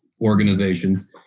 organizations